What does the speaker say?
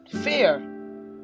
Fear